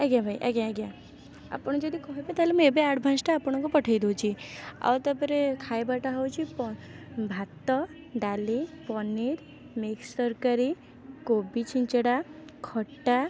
ଆଜ୍ଞା ଭାଇ ଆଜ୍ଞା ଆଜ୍ଞା ଆପଣ ଯଦି କହିବେ ତାହେଲେ ମୁଁ ଏବେ ଆଡ଼ଭାନ୍ସଟା ଆପଣଙ୍କୁ ପଠେଇ ଦେଉଛି ଆଉ ତା'ପରେ ଖାଇବାଟା ହେଉଛି ପ ଭାତ ଡାଲି ପନିର୍ ମିକ୍ସ୍ ତରକାରୀ କୋବି ଛିଞ୍ଚଡ଼ା ଖଟା